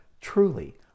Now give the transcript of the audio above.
truly